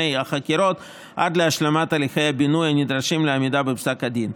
החקירות עד להשלמת הליכי הבינוי הנדרשים לעמידה בפסק הדין.